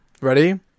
Ready